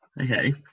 Okay